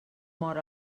mort